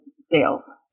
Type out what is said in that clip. sales